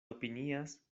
opinias